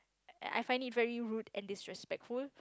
I I find it very rude and disrespectful